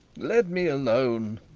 let me alone.